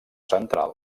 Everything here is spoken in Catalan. central